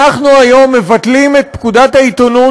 אנחנו היום מבטלים את פקודת העיתונות,